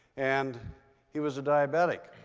and he was a diabetic.